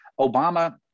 Obama